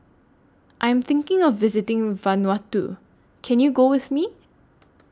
I'm thinking of visiting Vanuatu Can YOU Go with Me